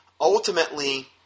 ultimately